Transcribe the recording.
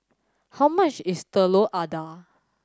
how much is telur adah